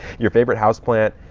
your favorite houseplant?